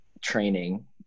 training